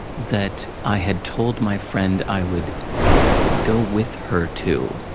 that i had told my friend i would go with her to.